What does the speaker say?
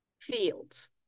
fields